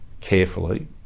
carefully